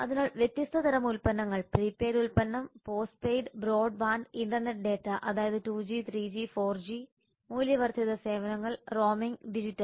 അതിനാൽ വ്യത്യസ്ത തരം ഉൽപ്പന്നങ്ങൾ പ്രീപെയ്ഡ് ഉൽപ്പന്നം postpaid broadband internet data അതായത് 2 ജി 3 ജി 4 ജി മൂല്യവർദ്ധിത സേവനങ്ങൾ റോമിംഗ് ഡിജിറ്റൽ